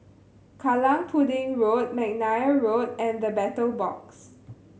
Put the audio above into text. Kallang Pudding Road McNair Road and The Battle Box